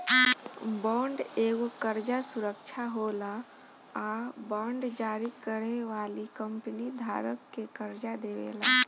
bond एगो कर्जा सुरक्षा होला आ बांड जारी करे वाली कंपनी धारक के कर्जा देवेले